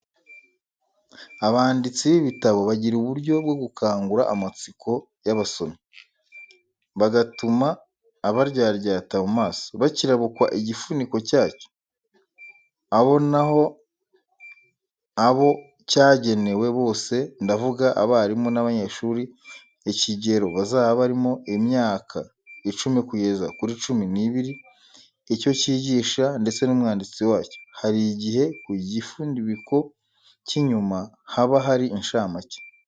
Abanditsi b'ibitabo bagira uburyo bwo gukangura amatsiko y'abasomyi, bagatuma abaryaryata mu maso bakirabukwa igifubiko cyacyo; abonaho abo cyagenewe bose, ndavuga abarimu n'abanyeshuri, ikigero bazaba barimo, imyaka icumi kugeza kuri cumi n'ibiri, icyo kigisha ndetse n'umwanditsi wacyo. Hari igihe ku gifubiko cy' inyuma haba hari incamake.